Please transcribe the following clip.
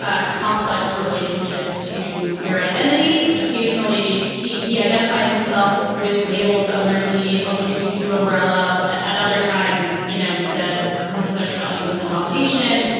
ah complex relationship to queer identity. occasionally, he he identified himself with labels under the lgbtq umbrella. at other times, you know, said homosexuality was an abomination.